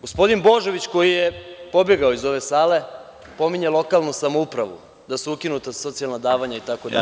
Gospodin Božović koji je pobegao iz ove sale, pominje lokalnu samoupravu, da su ukinuta socijalna davanja itd.